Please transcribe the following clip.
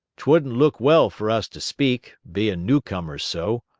t wouldn't look well for us to speak, bein' newcomers so.